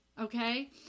Okay